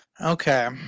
Okay